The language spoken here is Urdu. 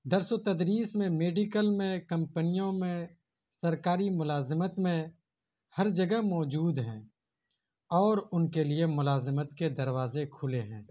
درس و تدریس میں میڈیکل میں کمپنیوں میں سرکاری ملازمت میں ہر جگہ موجود ہیں اور ان کے لیے ملازمت کے دروازے کھلے ہیں